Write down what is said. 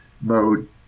mode